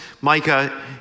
Micah